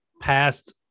past